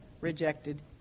rejected